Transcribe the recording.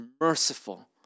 merciful